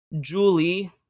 Julie